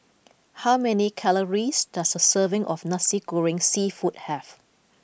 how many calories does a serving of Nasi Goreng seafood have